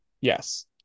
Yes